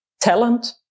talent